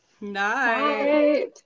Night